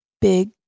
big